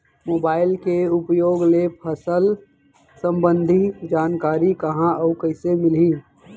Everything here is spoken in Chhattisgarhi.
मोबाइल के उपयोग ले फसल सम्बन्धी जानकारी कहाँ अऊ कइसे मिलही?